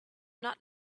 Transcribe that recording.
not